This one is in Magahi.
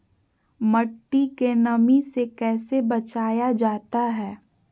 मट्टी के नमी से कैसे बचाया जाता हैं?